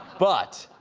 but.